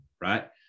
right